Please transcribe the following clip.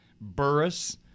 Burris